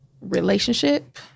relationship